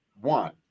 one